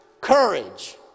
courage